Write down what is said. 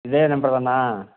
இதே நம்பர் தானா